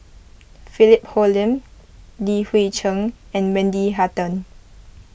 Philip Hoalim Li Hui Cheng and Wendy Hutton